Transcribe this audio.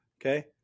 Okay